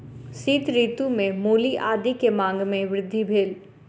शीत ऋतू में मूली आदी के मांग में वृद्धि भेल